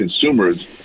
consumers